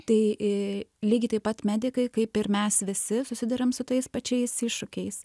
tai i lygiai taip pat medikai kaip ir mes visi susiduriam su tais pačiais iššūkiais